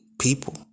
People